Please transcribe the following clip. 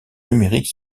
numérique